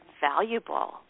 valuable